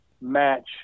match